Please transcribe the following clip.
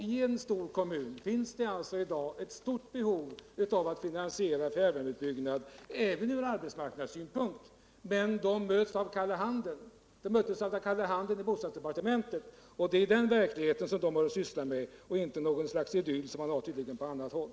I en stor kommun finns i dag ett behov av att finansiera en fjärrvärmeutbyggnad även ur arbetsmarknadssynpunkt, men man har mötts med kalla handen i bostadsdepartementet. Det är den verklighet man har att syssla med, inte något slags idyll som tydligen råder på annat håll.